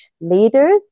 leaders